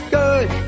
good